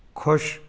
ਖੁਸ਼